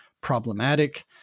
problematic